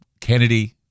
Kennedy